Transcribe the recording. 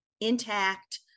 intact